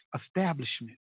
establishment